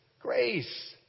Grace